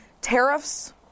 Tariffs